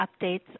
updates